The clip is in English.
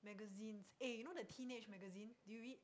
magazines eh do you know the teenage magazine do you read